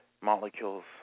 molecules